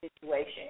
situation